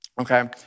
Okay